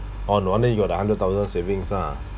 oh no wonder you got a hundred thousand savings ah